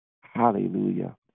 Hallelujah